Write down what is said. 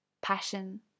passion